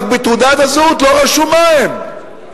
רק בתעודת הזהות לא רשום מה הם.